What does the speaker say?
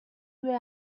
due